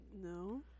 No